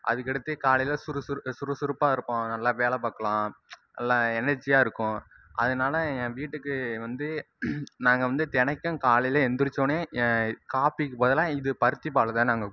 அதுக்கடுத்து காலையில் சுறுசுறு சுறுசுறுப்பாக இருப்போம் நல்லா வேலை பாக்கலாம் நல்லா எனர்ஜியாக இருக்கும் அதனால் என் வீட்டுக்கு வந்து நாங்கள் வந்து தெனைக்கும் காலையில் எந்திரிச்சோடனே காப்பிக்கு பதிலாக இது பருத்திப்பால் தான் நாங்கள்